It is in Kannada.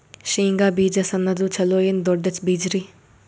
ಶೇಂಗಾ ಬೀಜ ಸಣ್ಣದು ಚಲೋ ಏನ್ ದೊಡ್ಡ ಬೀಜರಿ?